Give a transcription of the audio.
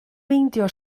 meindio